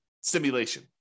simulation